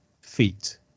feet